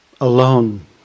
alone